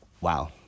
Wow